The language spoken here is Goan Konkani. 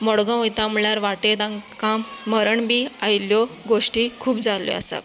मडगांव वयता म्हणल्यार वाटेर तांकां मरण बी आयिल्यो गोश्टी खूब जाल्यो आसा